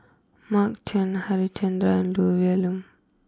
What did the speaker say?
Mark Chan Harichandra and Olivia Lum